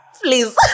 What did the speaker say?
Please